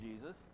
Jesus